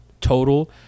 total